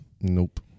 Nope